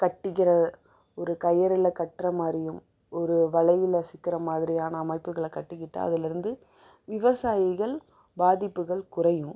கட்டிக்கிற ஒரு கயிறில் கட்டுற மாதிரியும் ஒரு வலையில் சிக்குற மாதிரியான அமைப்புகளை கட்டிக்கிட்டா அதுலர்ந்து விவசாயிகள் பாதிப்புகள் குறையும்